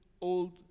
old